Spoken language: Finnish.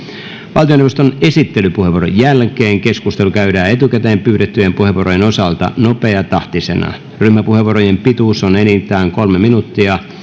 valtioneuvoston esittelypuheenvuoron jälkeen keskustelu käydään etukäteen pyydettyjen puheenvuorojen osalta nopeatahtisena ryhmäpuheenvuorojen pituus on enintään kolme minuuttia